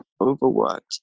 overworked